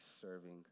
serving